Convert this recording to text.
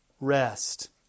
rest